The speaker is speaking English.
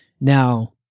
now